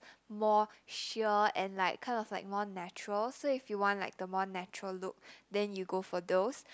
more sheer and like kind of like more natural so if you want like the more natural look then you go for those